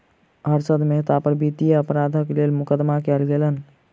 हर्षद मेहता पर वित्तीय अपराधक लेल मुकदमा कयल गेलैन